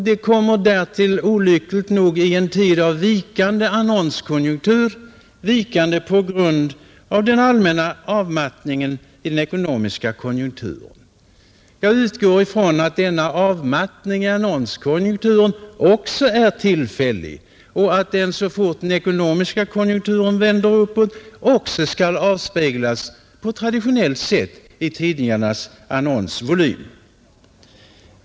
Den kommer därtill olyckligt nog i en tid av vikande annonskonjunktur, vikande på grund av den allmänna avmattningen i den ekonomiska konjunkturen. Jag utgår ifrån att denna avmattning i annonskonjunkturen också är tillfällig och att den när den ekonomiska konjunkturen vänder uppåt också skall avspeglas på traditionellt sätt i tidningarnas annonsvolym.